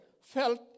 felt